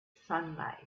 sunlight